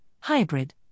hybrid